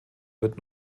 wird